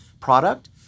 product